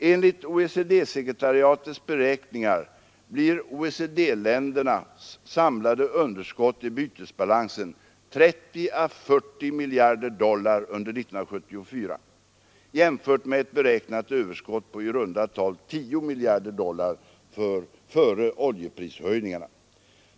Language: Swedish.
Enligt OECD-sekretariatets beräkningar blir OECD-ländernas samlade underskott i bytesbalansen 30 å 40 miljarder dollar under 1974, jämfört med ett beräknat överskott på i runda tal 10 miljarder dollar före oljeprishöjningarna.